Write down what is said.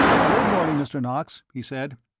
good morning, mr. knox, he said.